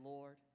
Lord